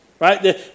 right